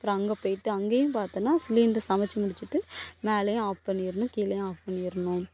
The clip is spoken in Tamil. அப்புறம் அங்கே போய்விட்டு அங்கேயும் பார்த்தோன்னா சிலிண்ட்ரு சமைச்சு முடிச்சிவிட்டு மேலேயும் ஆஃப் பண்ணிரணும் கீழயும் ஆஃப் பண்ணிரணும்